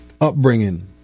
upbringing